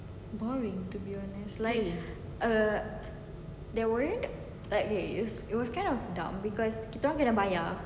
boring to be honest uh is like the word like it it was kind of dumb cause kita orang kena bayar